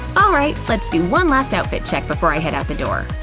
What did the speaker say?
alright, let's do one last outfit check before i head out the door.